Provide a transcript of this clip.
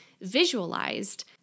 visualized